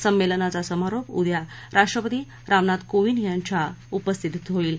संमेलनाचा समारोप उद्या राष्ट्रपती रामनाथ कोविंद यांच्या उपस्थितीत होईल